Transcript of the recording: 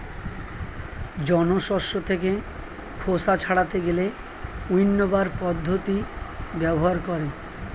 জন শস্য থেকে খোসা ছাড়াতে গেলে উইন্নবার পদ্ধতি ব্যবহার করে